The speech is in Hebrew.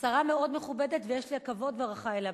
השרה מאוד מכובדת ויש לי הכבוד וההערכה אליה.